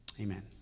amen